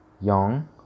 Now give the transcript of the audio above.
young